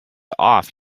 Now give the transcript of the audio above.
off